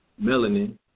melanin